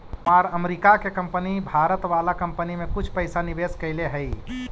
हमार अमरीका के कंपनी भारत वाला कंपनी में कुछ पइसा निवेश कैले हइ